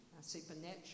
supernatural